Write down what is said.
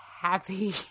happy